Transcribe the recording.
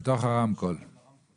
לא תהיה שום הקראה.